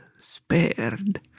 spared